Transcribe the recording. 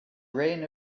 reign